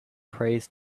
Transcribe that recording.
prays